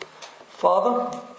Father